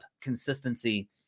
consistency